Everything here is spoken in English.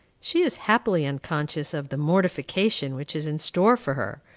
she is happily unconscious of the mortification which is in store for her,